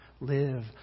live